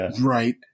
right